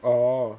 oh